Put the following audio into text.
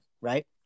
right